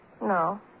No